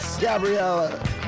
Gabriella